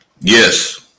Yes